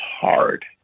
hard